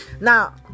Now